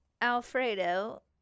Alfredo